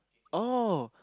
oh